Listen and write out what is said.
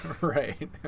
Right